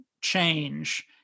change